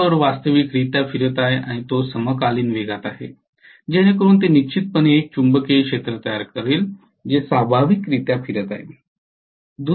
rotor वास्तविकरित्या फिरत आहे आणि तो समकालीन वेगात आहे जेणेकरून ते निश्चितपणे एक चुंबकीय क्षेत्र तयार करेल जे स्वाभाविकरीत्या फिरत आहे